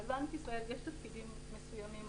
אבל לבנק ישראל יש תפקידים מסוימים,